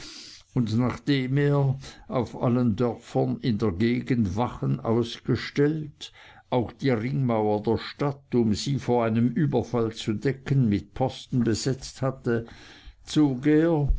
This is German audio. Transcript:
und nachdem er auf allen dörfern in der gegend wachen ausgestellt auch die ringmauer der stadt um sie vor einem überfall zu decken mit posten besetzt hatte zog er